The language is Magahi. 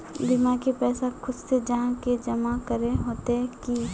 बीमा के पैसा खुद से जाहा के जमा करे होते की?